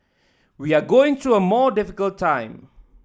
we are going through a more difficult time